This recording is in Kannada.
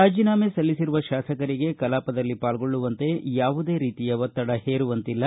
ರಾಜೀನಾಮೆ ಸಲ್ಲಿಸಿರುವ ಶಾಸಕರಿಗೆ ಕಲಾಪದಲ್ಲಿ ಪಾಲ್ಗೊಳ್ಳುವಂತೆ ಯಾವುದೇ ರೀತಿಯ ಒತ್ತಡ ಹೇರುವಂತಿಲ್ಲ